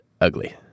ugly